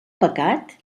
pecat